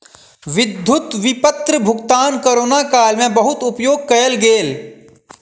विद्युत विपत्र भुगतान कोरोना काल में बहुत उपयोग कयल गेल